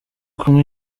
kumwe